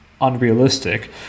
unrealistic